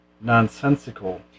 nonsensical